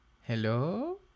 Hello